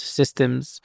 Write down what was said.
systems